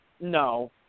No